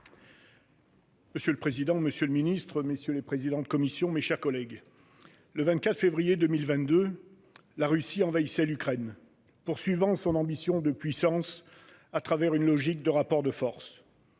Monsieur le président, monsieur le ministre, mes chers collègues, le 24 février 2022, la Russie envahissait l'Ukraine, poursuivant son ambition de puissance au travers d'une logique de rapport de force.